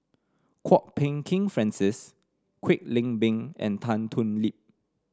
Kwok Peng Kin Francis Kwek Leng Beng and Tan Thoon Lip